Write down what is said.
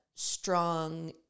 strong